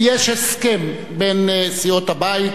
יש הסכם בין סיעות הבית,